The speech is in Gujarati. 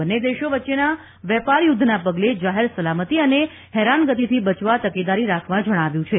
બંને દેશો વચ્ચેના વેપાર યુદ્ધના પગલે જાહેર સલામતિ અને હેરાનગતિથી બચવા તકેદારી રાખવા જણાવ્યું છે